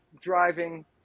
driving